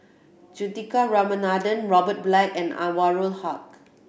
Juthika Ramanathan Robert Black and Anwarul Haque